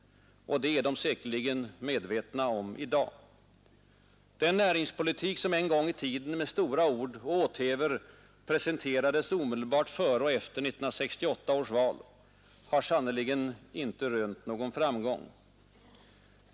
Och det är de säkerligen i dag fullt medvetna om. Den näringspolitik som en gång i tiden med stora ord och åthävor presenterades omedelbart före och efter 1968 års val har sannerligen inte rönt någon framgång.